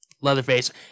Leatherface